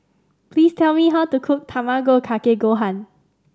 please tell me how to cook Tamago Kake Gohan